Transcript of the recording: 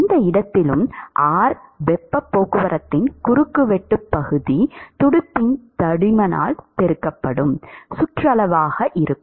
எந்த இடத்திலும் R வெப்பப் போக்குவரத்தின் குறுக்குவெட்டுப் பகுதி துடுப்பின் தடிமனால் பெருக்கப்படும் சுற்றளவாக இருக்கும்